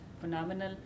phenomenal